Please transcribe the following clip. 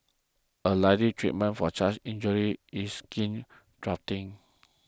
a likely treatment for such injuries is skin grafting